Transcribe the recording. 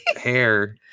hair